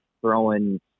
throwing